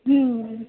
हं